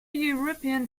european